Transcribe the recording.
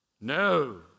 No